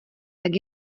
tak